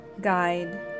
guide